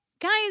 Guys